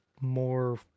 more